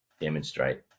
demonstrate